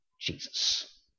Jesus